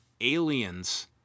aliens